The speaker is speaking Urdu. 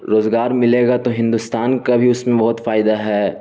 روزگار ملے گا تو ہندوستان کا بھی اس میں بہت فائدہ ہے